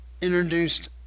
introduced